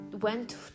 Went